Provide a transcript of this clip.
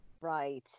Right